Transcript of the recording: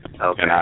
Okay